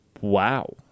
Wow